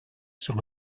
sur